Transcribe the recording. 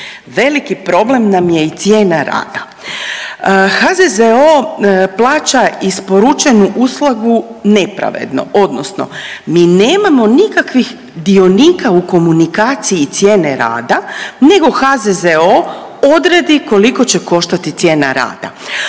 Veliki problem nam je i cijena rada. HZZO plaća isporučenu uslugu nepravedno odnosno mi nemamo nikakvih dionika u komunikaciji cijene rada nego HZZO odredi koliko će koštati cijena rada.